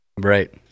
Right